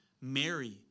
Mary